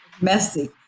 messy